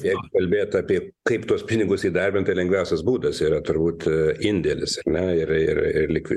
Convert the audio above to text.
jeigu kalbėt apie kaip tuos pinigus įdarbint tai lengviausias būdas yra turbūt indėlis ar ne ir ir ir likvi